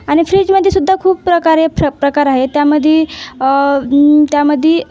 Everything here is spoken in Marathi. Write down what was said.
आणि फ्रीजमध्येसुद्धा खूप प्रकारे फ्र प्रकार आहेत त्यामध्ये त्यामध्ये